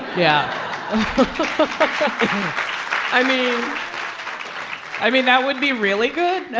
yeah i mean, that would be really good